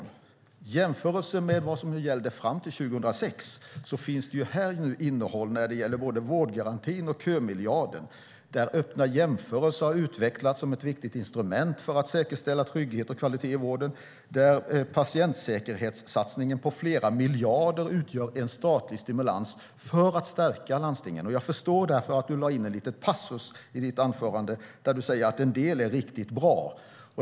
I jämförelse med vad som gällde fram till 2006 finns här nu innehåll när det gäller både vårdgarantin och kömiljarden. Öppna jämförelser har utvecklats som ett viktigt instrument för att säkerställa trygghet och kvalitet i vården. Patientsäkerhetssatsningen på flera miljarder utgör en statlig stimulans för att stärka landstingen. Jag förstår därför att du lade in en liten passus i ditt anförande där du säger att en del är riktigt bra.